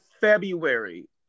february